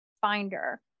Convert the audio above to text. finder